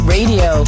Radio